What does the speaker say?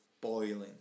boiling